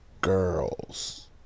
girls